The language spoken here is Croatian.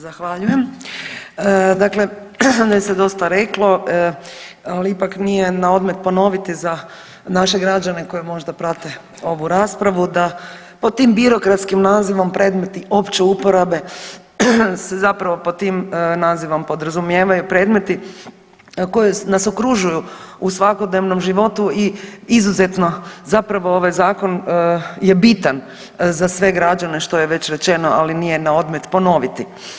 Dakle, ovdje se dosta reklo ali ipak nije na odmet ponoviti za naše građane koji možda prate ovu raspravu da pod tim birokratskim nazivom predmeti opće uporabe, se zapravo pod tim nazivom podrazumijevaju predmeti koji nas okružuju u svakodnevnom životu i izuzetno zapravo ovaj zakon je bitan za sve građane što je već rečeno ali nije na odmet ponoviti.